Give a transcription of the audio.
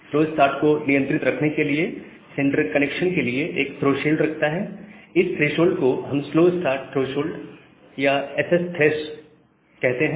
slow start को नियंत्रित रखने के लिए सेंडर कनेक्शन के लिए एक थ्रेशोल्ड रखता है इस थ्रेशोल्ड को हम स्लो स्टार्ट थ्रेशोल्ड या एसएसथ्रेस कहते हैं